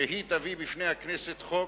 בפני הכנסת חוק,